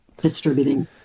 distributing